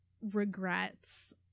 regrets